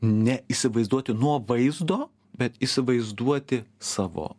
neįsivaizduoti nuo vaizdo bet įsivaizduoti savo